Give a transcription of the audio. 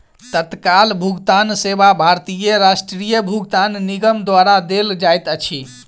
तत्काल भुगतान सेवा भारतीय राष्ट्रीय भुगतान निगम द्वारा देल जाइत अछि